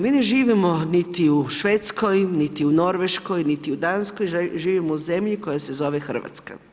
Mi ne živimo niti u Švedskoj, niti u Norveškoj niti u Danskoj, živimo u zemlji koja se zove Hrvatska.